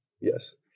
Yes